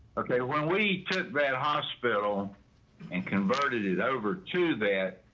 okay when we took that hospital and converted it over to that.